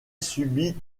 subit